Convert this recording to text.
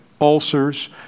ulcers